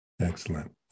Excellent